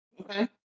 Okay